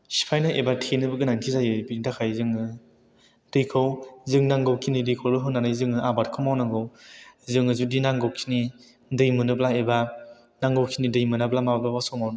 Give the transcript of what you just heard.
सिफायनो एबा थेनोबो गोनांथि जायो बिनि थाखाय जों दैखौ जों नांगौखिनि दैखौल' होनानै जों आबादखौ मावनांगौ जों जुदि नांगौखिनि दै मोनोब्ला एबा नांगौखिनि दै मोनाब्ला माब्लाबा समाव